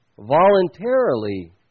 voluntarily